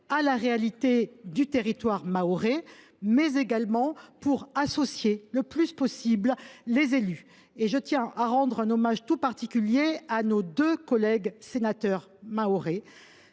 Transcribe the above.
à la réalité du territoire mahorais et associer le plus possible les élus. Je tiens à rendre un hommage tout particulier à nos deux collègues mahorais,